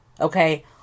Okay